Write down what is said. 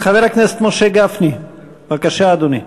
חבר הכנסת משה גפני, בבקשה, אדוני.